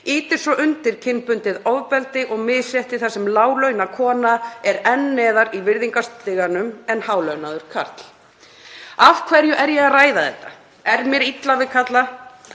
ýtir svo undir kynbundið ofbeldi og misrétti þar sem láglaunakona er enn neðar í virðingarstiganum en hálaunaður karl. Af hverju er ég að ræða þetta? Er mér illa við karla?